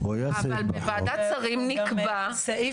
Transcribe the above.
אנחנו מתעסקים פה בלקיחת סמכות,